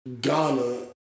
Ghana